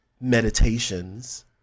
meditations